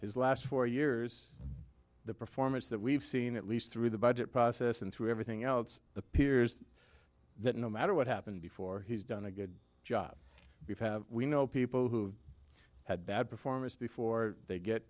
his last four years the performance that we've seen at least through the budget process and through everything else appears that no matter what happened before he's done a good job we know people who've had bad performers before they get